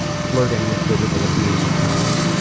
flirting with physical abuse at times.